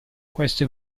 queste